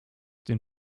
den